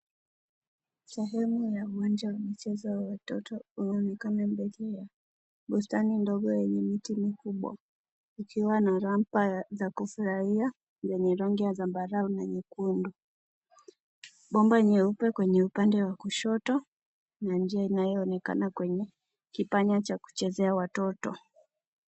Sehemu ya uwanja wa michezo ya watoto inaonekana mbele ya bustani ndogo yenye miti mikubwa ikiwa na rampa za kufurahia zenye rangi ya zambarau na nyekundu. Bomba nyeupe kwenye upande wa kushoto na njia inayoonekana kwenye kipanya cha kuchezea watoto.